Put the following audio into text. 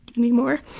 anymore.